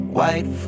White